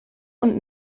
und